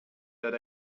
that